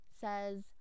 says